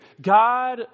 God